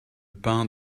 pain